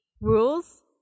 rules